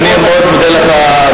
אני מזכיר לך.